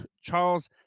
Charles